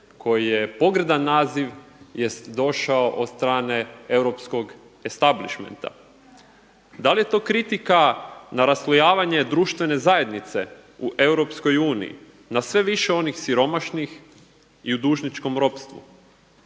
koji je pogrdan naziv je došao od strane europskog establishmenta? Da li je to kritika na raslojavanje društvene zajednice u Europskoj uniji na sve više onih siromašnih i u dužničkom ropstvu?